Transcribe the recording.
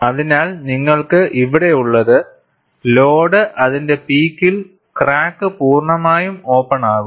അതിനാൽ നിങ്ങൾക്ക് ഇവിടെയുള്ളത് ലോഡ് അതിന്റെ പീക്കിൽ ക്രാക്ക് പൂർണ്ണമായും ഓപ്പൺ ആകുന്നു